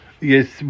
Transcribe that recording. Yes